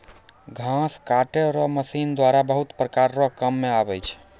घास काटै रो मशीन द्वारा बहुत प्रकार रो काम मे आबै छै